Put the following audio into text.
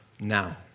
now